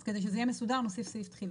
אז כדי שזה יהיה מסודר אנחנו נוסיף סעיף תחילה.